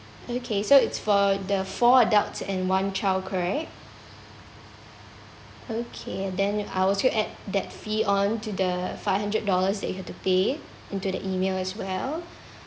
okay so it's for the four adults and one child correct okay then I'll also add that fee on to the five hundred dollars that you have to pay into the email as well